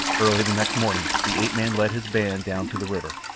early the next morning the ape-man led his band down to the river,